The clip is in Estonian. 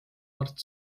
mart